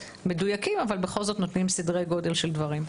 מדויקים אבל בכל זאת נותנים סדרי גודל של דברים.